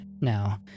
Now